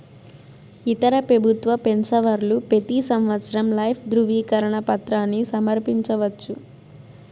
ఇతర పెబుత్వ పెన్సవర్లు పెతీ సంవత్సరం లైఫ్ దృవీకరన పత్రాని సమర్పించవచ్చు